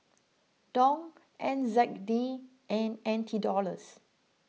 Dong N Z D and N T Dollars